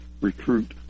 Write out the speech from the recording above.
recruit